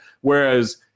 whereas